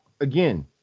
again